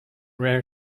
rare